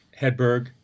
Hedberg